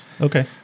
Okay